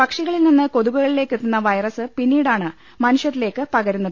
പക്ഷി കളിൽനിന്ന് കൊതുകുകളിലേക്ക് എത്തുന്ന വൈറസ് പിന്നീടാണ് മനു ഷ്യരിലേക്ക് പകരുന്നത്